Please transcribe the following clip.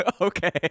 Okay